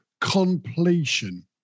completion